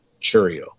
churio